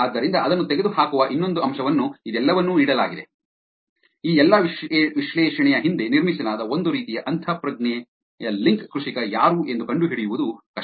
ಆದ್ದರಿಂದ ಅದನ್ನು ತೆಗೆದುಹಾಕುವ ಇನ್ನೊಂದು ಅಂಶವನ್ನು ಇದೆಲ್ಲವನ್ನೂ ನೀಡಲಾಗಿದೆ ಈ ಎಲ್ಲಾ ವಿಶ್ಲೇಷಣೆಯ ಹಿಂದೆ ನಿರ್ಮಿಸಲಾದ ಒಂದು ರೀತಿಯ ಅಂತಃಪ್ರಜ್ಞೆಯ ಲಿಂಕ್ ಕೃಷಿಕ ಯಾರು ಎಂದು ಕಂಡುಹಿಡಿಯುವುದು ಕಷ್ಟಕರವಾಗಿರುತ್ತದೆ